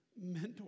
mentor